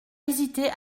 hésiter